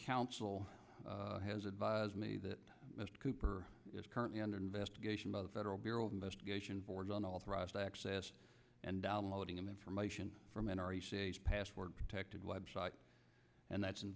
counsel has advised me that mr cooper is currently under investigation by the federal bureau of investigation board on authorized access and downloading information from a password protected website and that's in